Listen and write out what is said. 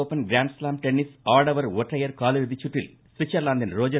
open grand slam tennis ஆடவர் ஒற்றையர் காலிறுதி சுற்றில் ஸ்விட்சர்லாந்தின் ரோஜர்